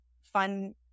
fun